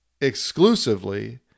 exclusively